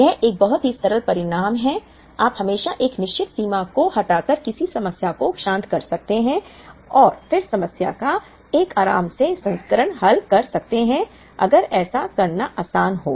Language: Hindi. यह एक बहुत ही सरल परिणाम है आप हमेशा एक निश्चित सीमा को हटाकर किसी समस्या को शांत कर सकते हैं और फिर समस्या का एक आराम से संस्करण हल कर सकते हैं अगर ऐसा करना आसान हो